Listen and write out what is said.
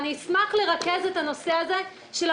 אשמח לרכז את הנושא הזה, את